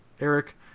Eric